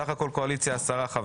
סך הכול קואליציה 10 חברים.